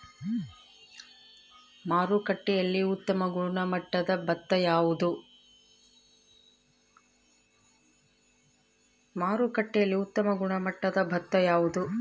ಮಾರುಕಟ್ಟೆಯಲ್ಲಿ ಉತ್ತಮ ಗುಣಮಟ್ಟದ ಭತ್ತ ಯಾವುದು?